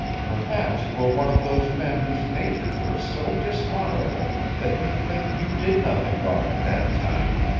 perhaps you are one of those men whose natures are so dishonorable that you think you did nothing wrong at that time.